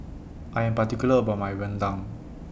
I Am particular about My Rendang